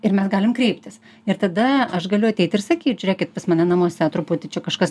ir mes galim kreiptis ir tada aš galiu ateit ir sakyt žiūrėkit pas mane namuose truputį čia kažkas